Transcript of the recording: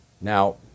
Now